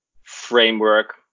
framework